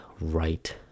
right